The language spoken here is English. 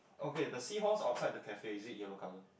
okay the seahorse outside the cafe is it yellow color